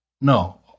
No